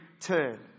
turn